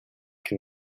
can